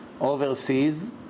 overseas